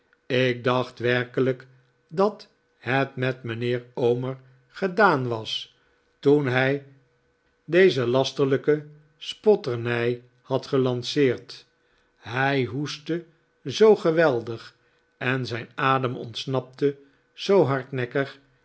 ik dacht werkelijk dat het met mijnheer omer gedaan was toen hij deze lasterlijke spotternij had gelanceerd hij hoestte zoo geweldig en zijn adem ontsnapte zoo hardnekkig